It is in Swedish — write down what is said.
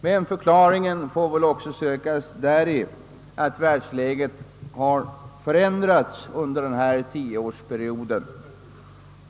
Men förklaringen får också sökas däri att världsläget har förändrats under den gångna tioårsperioden.